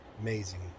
Amazing